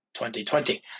2020